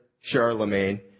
Charlemagne